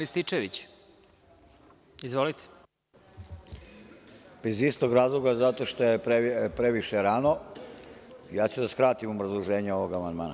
Iz istog razloga zato što je previše rano, ja ću da skratim obrazloženje ovog amandman.